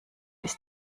ist